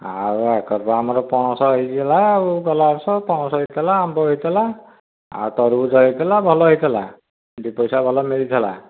ଆଉ ଏକରେ ତ ଆମର ପଣସ ହୋଇଥିଲା ଆଉ ଗଲା ବର୍ଷ ପଣସ ହୋଇଥିଲା ଆମ୍ବ ହୋଇଥିଲା ଆଉ ତରଭୂଜ ହୋଇଥିଲା ଭଲ ହୋଇଥିଲା ଦୁଇ ପଇସା ଭଲ ମିଳିଥିଲା